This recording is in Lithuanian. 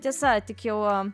tiesa tik jau